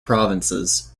provinces